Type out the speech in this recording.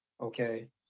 okay